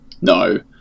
no